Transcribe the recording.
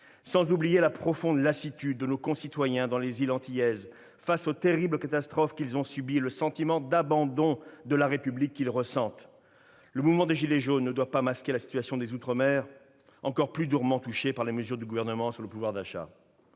sans oublier la profonde lassitude de nos concitoyens des îles antillaises face aux terribles catastrophes qu'ils ont subies, et leur sentiment d'être abandonnés par la République. Le mouvement des « gilets jaunes » ne doit pas masquer la situation des outre-mer, encore plus durement touchés par les mesures prises par le Gouvernement en matière de pouvoir d'achat.